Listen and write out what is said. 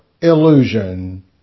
illusion